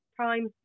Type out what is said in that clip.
time